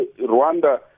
Rwanda